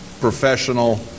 professional